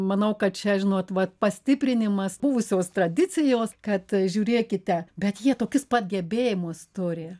manau kad čia žinot vat pastiprinimas buvusios tradicijos kad žiūrėkite bet jie tokius pat gebėjimus turi